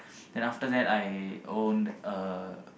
then after that I own a